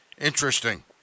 Interesting